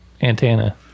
antenna